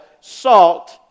salt